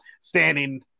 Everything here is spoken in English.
standing